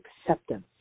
acceptance